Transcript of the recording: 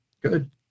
Good